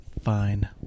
Fine